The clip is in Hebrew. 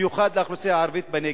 ובמיוחד לאוכלוסייה הערבית בנגב.